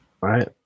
right